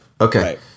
Okay